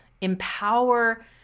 empower